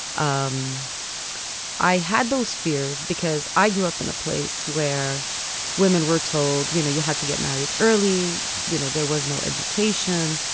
um i had those fears because i grew up in a place where women were told. you know, you had to get married early. you know, there was no education.